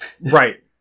Right